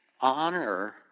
honor